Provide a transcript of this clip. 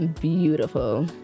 beautiful